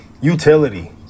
utility